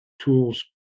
tools